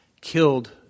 killed